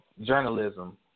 journalism